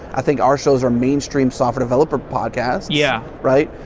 i think our show are mainstream software developer podcasts, yeah right?